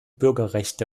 bürgerrechte